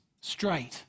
straight